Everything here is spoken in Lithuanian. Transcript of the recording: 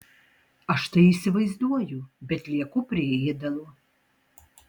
aš tai įsivaizduoju bet lieku prie ėdalo